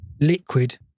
liquid